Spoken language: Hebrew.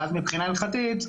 ואז מבחינה הלכתית,